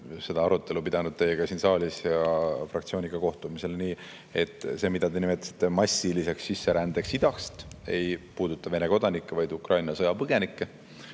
saan aru, olles pidanud teiega siin saalis ja fraktsiooniga kohtumisel seda arutelu, et see, mida te nimetasite massiliseks sisserändeks idast, ei puuduta Vene kodanikke, vaid Ukraina sõjapõgenikke,